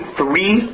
three